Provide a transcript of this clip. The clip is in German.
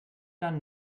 dann